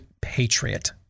Patriot